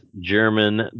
German